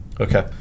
Okay